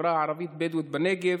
החברה הערבית הבדואית בנגב.